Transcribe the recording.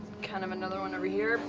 kind of another one over here.